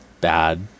bad